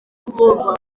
kuvurwa